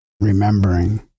remembering